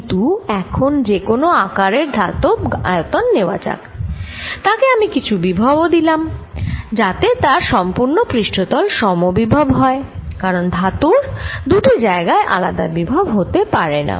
কিন্তু এখন যে কোন আকার এর ধাতব আয়তন নেওয়া যাক তাকে আমি কিছু বিভব ও দিলাম যাতে তার সম্পূর্ণ পৃষ্ঠতল সমবিভব হয় কারণ ধাতুর দুটি জায়গায় আলাদা বিভব হতে পারেনা